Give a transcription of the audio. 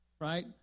Right